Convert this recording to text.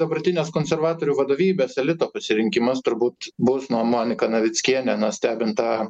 dabartinės konservatorių vadovybės elito pasirinkimas turbūt bus monika navickienė stebint tą